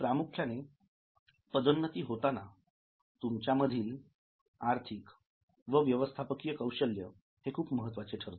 प्रामुख्याने पदोन्नती होताना तुमच्यामधील आर्थिक व व्यवस्थापकीय कौशल्य हे खूप महत्त्वाचे ठरते